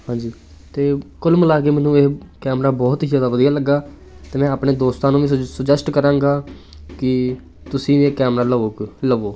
ਹਾਂਜੀ ਅਤੇ ਕੁੱਲ ਮਿਲਾ ਕੇ ਮੈਨੂੰ ਇਹ ਕੈਮਰਾ ਬਹੁਤ ਹੀ ਜ਼ਿਆਦਾ ਵਧੀਆ ਲੱਗਾ ਅਤੇ ਮੈਂ ਆਪਣੇ ਦੋਸਤਾਂ ਨੂੰ ਵੀ ਸੁਜੈਸਟ ਕਰਾਂਗਾ ਕਿ ਤੁਸੀਂ ਇਹ ਕੈਮਰਾ ਲਵੋ ਕ ਲਵੋ